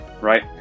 right